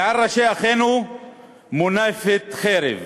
מעל ראשי אחינו מונפת חרב אכזרית,